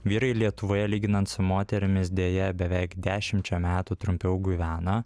vyrai lietuvoje lyginant su moterimis deja beveik dešimčia metų trumpiau gyvena